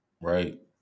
right